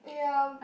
ya